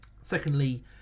Secondly